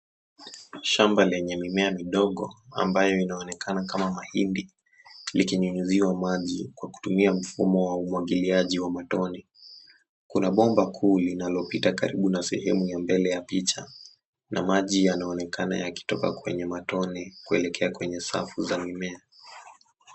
Shamba lenye mimea midogo ambayo inaonekana kama mahindi likinyunyuziwa maji kwa kutumia mfumo wa umwagiliaji wa matone. Kuna bomba kuu linalopita karibu na sehemu ya mbele ya picha na maji yanaonekana yakitoka kwenye matone kuelekea kwenye safu za mimea.